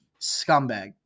Scumbag